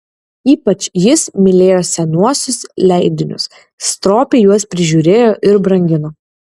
ypač jis mylėjo senuosius leidinius stropiai juos prižiūrėjo ir brangino